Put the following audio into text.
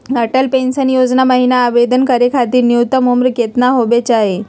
Atal pension Yojana महिना आवेदन करै खातिर न्युनतम उम्र केतना होवे चाही?